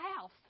house